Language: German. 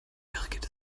birgit